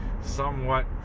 somewhat